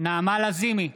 נעמה לזימי,